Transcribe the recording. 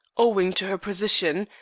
owing to her position,